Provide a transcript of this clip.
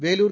Vellore